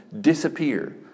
disappear